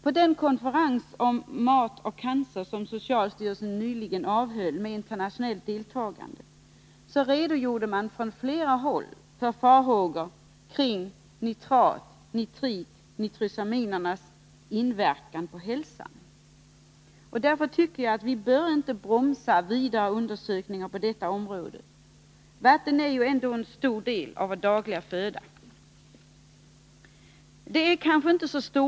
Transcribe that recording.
På den konferens om mat och cancer som socialstyrelsen nyligen avhöll med internationellt deltagande redogjorde man från flera håll för sina farhågor kring nitrats, nitrits och nitrosaminers inverkan på hälsan. Därför tycker jag att vi inte bör bromsa vidare undersökningar på detta område. Vatten är ju en stor del av vår dagliga föda.